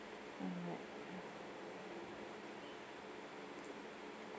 alright